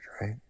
right